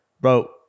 bro